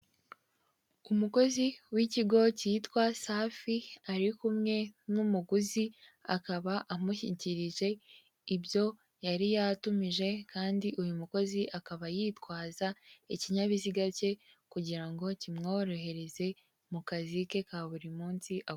Umukozi w'ikigo cyitwa safi ari kumwe n'umuguzi akaba amushyikirije ibyo yari yatumije kandi uyu mukozi akaba yitwaza ikinyabiziga cye kugira ngo kimworohereze mu kazi ke ka buri munsi akora.